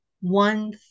one